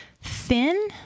thin